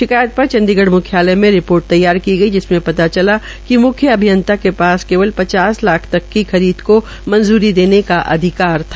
शिकायत पर चंडीगढ़ मुख्यालय में रिपोर्ट तैयार की गई जिसमें पता चला कि म्ख्य अभियंता के पास पचास लाख तक की खरीद को मंजूरी देने का अधिकार था